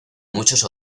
muchos